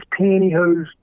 pantyhose